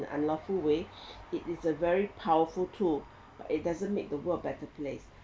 an unlawful way it is a very powerful tool but it doesn't make the world a better place